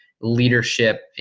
leadership